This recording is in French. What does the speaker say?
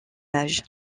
âge